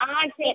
ஆ சரி